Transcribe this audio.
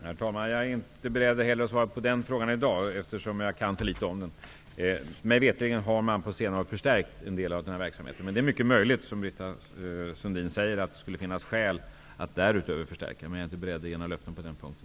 Herr talman! Inte heller den frågan är jag i dag beredd att svara på, eftersom jag kan för litet om den. Mig veterligen har man på senare år förstärkt en del av denna verksamhet. Men det är mycket möjligt, som Britta Sundin säger, att det skulle finnas skäl att därutöver ge stöd. Jag är dock inte beredd att i dag ge några löften på den punkten.